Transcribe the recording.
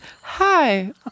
hi